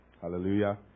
Hallelujah